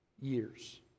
years